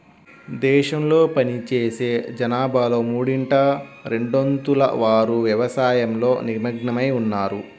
దేశంలో పనిచేసే జనాభాలో మూడింట రెండొంతుల వారు వ్యవసాయంలో నిమగ్నమై ఉన్నారు